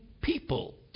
people